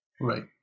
Right